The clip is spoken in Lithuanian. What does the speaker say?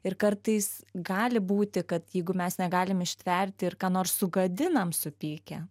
ir kartais gali būti kad jeigu mes negalim ištverti ir ką nors sugadinam supykę